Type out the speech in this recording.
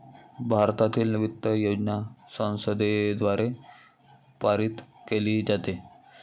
भारतातील वित्त योजना संसदेद्वारे पारित केली जाते